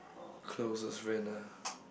closest friend ah